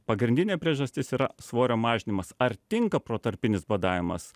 pagrindinė priežastis yra svorio mažinimas ar tinka protarpinis badavimas